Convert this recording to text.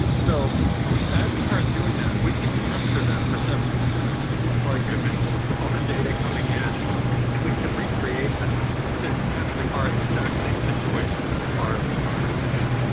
so as the car is doing that, we can capture that perception stack like i mentioned before. all the data coming in and we can recreate that to test the car in the exact same situation as far as the car knows again.